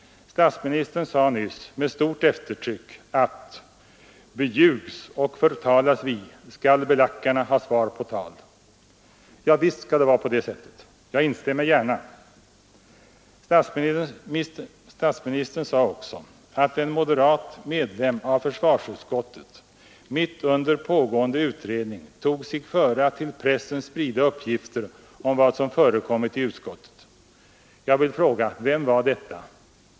Statsministern sade nyss med stort eftertryck att beljugs och förtalas vi, skall belackarna ha svar på tal. Ja, visst skall det vara på det sättet — jag instämmer gärna. Statsministern sade också att en moderat medlem av försvarsutskottet mitt under pågående utredning tog sig före att till pressen sprida uppgifter om vad som förekommit i utskottet. Jag vill fråga: Vem var detta?